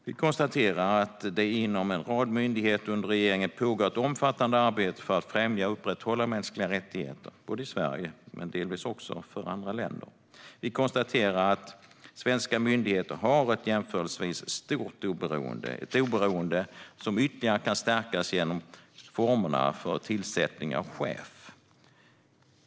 Vi konstaterar att det inom en rad myndigheter under regeringen pågår ett omfattande arbete för att främja och upprätthålla mänskliga rättigheter, både i Sverige och, delvis, för andra länder. Vi konstaterar att svenska myndigheter har ett jämförelsevis stort oberoende. Detta oberoende kan stärkas ytterligare genom formerna för tillsättning av chef.